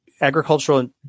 agricultural